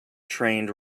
trained